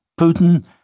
Putin